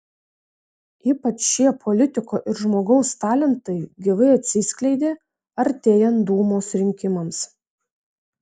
ypač šie politiko ir žmogaus talentai gyvai atsiskleidė artėjant dūmos rinkimams